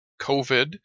COVID